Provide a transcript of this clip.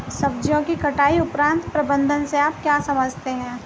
सब्जियों की कटाई उपरांत प्रबंधन से आप क्या समझते हैं?